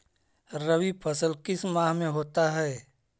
रवि फसल किस माह में होता है?